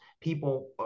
people